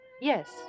Yes